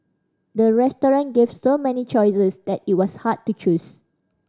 the restaurant gave so many choices that it was hard to choose